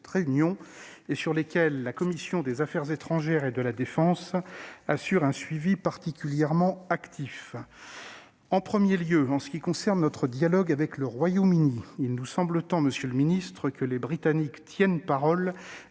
réunion et dont la commission des affaires étrangères et de la défense assure un suivi particulièrement actif. En premier lieu, pour ce qui concerne notre dialogue avec le Royaume-Uni, il est temps, monsieur le secrétaire d'État, que les Britanniques tiennent parole